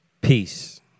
peace